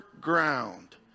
ground